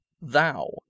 Thou